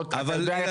אבל לא